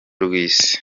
rw’isi